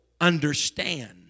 understand